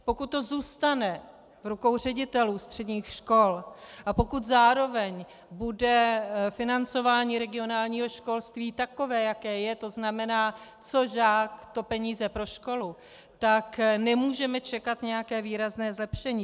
Pokud to zůstane v rukou ředitelů středních škol a pokud zároveň bude financování regionálního školství takové, jaké je, tzn. co žák, to peníze pro školu, tak nemůžeme čekat nějaké výrazné zlepšení.